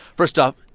first off,